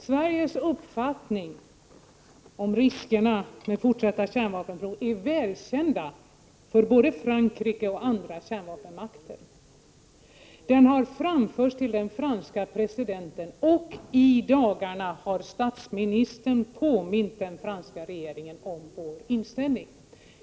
Sveriges uppfattning om riskerna med fortsatta kärnvapenprov är välkända för både Frankrike och andra kärnvapenmakter. Den har framförts till den franska presidenten, och i dagarna har statsministern påmint den franska regeringen om vår inställning.